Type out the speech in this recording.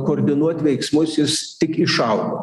koordinuot veiksmus jis tik išaugo